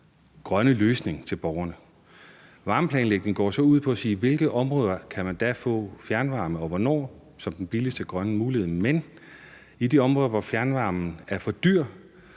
grønne løsning til borgerne. Varmeplanlægning går så ud på at sige: I hvilke områder kan man få fjernvarme som den billigste grønne mulighed og hvornår? Men i de områder, hvor fjernvarmen er for dyr,